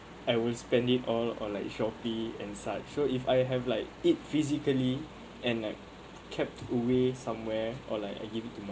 I will spend it all or like shopee and such so if I have like it physically and like kept away somewhere or like I give to my